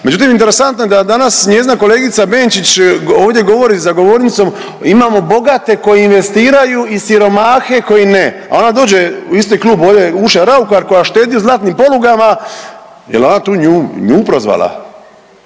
Međutim interesantno je da danas njezina kolegica Benčić ovdje govori za govornicom imamo bogate koji investiraju i siromahe koji ne, a ona dođe u isti klub ovdje Urša Raukar koja štedi u zlatnim polugama jel ona tu nju, nju prozvala?